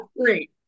great